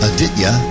Aditya